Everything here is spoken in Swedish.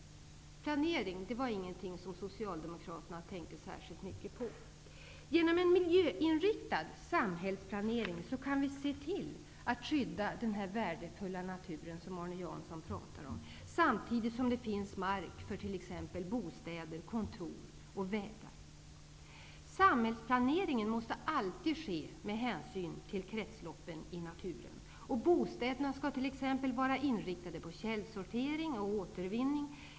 Planering var ingenting som Socialdemokraterna tänkte särskilt mycket på. Genom en miljöinriktad samhällsplanering kan vi se till att skydda den värdefulla natur som Arne Jansson pratade om, samtidigt som det finns mark för t.ex. bostäder, kontor och vägar. Samhällsplaneringen måste alltid ske med hänsyn till kretsloppen i naturen. Bostäderna skall t.ex. vara inriktade på källsortering och återvinning.